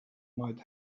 might